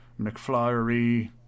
McFlyery